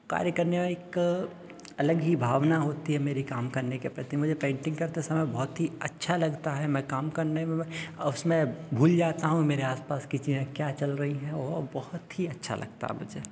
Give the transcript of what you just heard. कार्य करने में एक अलग ही भावना होती है मेरे काम करने के प्रति मुझे पेंटिंग करते समय बहुत ही अच्छा लगता है मैं काम करने में मैं उसमें भूल जाता हूँ मेरे आसपास की चीज़ें क्या चल रही है और बहुत ही अच्छा लगता है मुझे